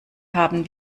haben